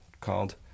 called